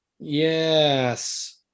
Yes